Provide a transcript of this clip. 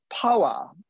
power